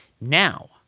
Now